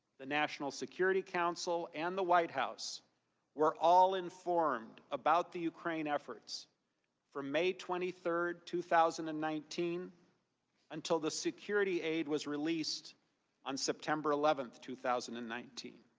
the national security council and the white house were all informed about the ukraine effort from may twenty three, two thousand and nineteen until the security aid was released on september eleventh, two thousand and nineteen.